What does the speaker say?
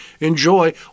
Enjoy